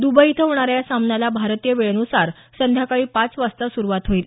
Dubai इथं होणाऱ्या या सामन्याला भारतीय वेळेनुसार संध्याकाळी पाच वाजता सुरुवात होईल